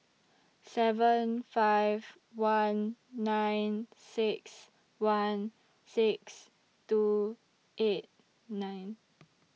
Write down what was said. seven five one nine six one six two eight nine